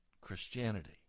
Christianity